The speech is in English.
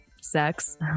sex